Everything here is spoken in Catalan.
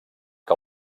que